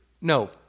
No